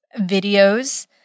videos